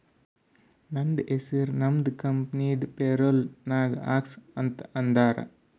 ನಂದ ಹೆಸುರ್ ನಮ್ದು ಕಂಪನಿದು ಪೇರೋಲ್ ನಾಗ್ ಹಾಕ್ಸು ಅಂತ್ ಅಂದಾರ